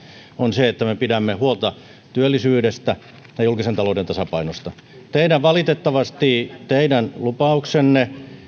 on se että me pidämme huolta työllisyydestä ja julkisen talouden tasapainosta valitettavasti teidän lupauksenne